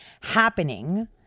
happening